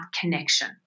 connection